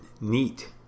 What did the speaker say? neat